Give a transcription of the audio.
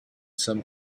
some